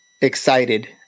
excited